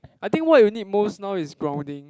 I think what you need most now is grounding